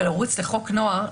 לרוץ לחוק נוער,